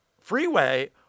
freeway